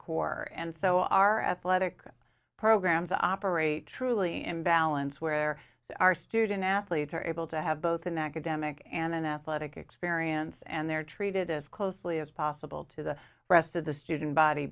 core and so our athletic programs operate truly in balance where our student athletes are able to have both an academic and athletic experience and they're treated as closely as possible to the rest of the student body